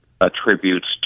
attributes